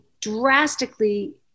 drastically